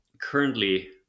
currently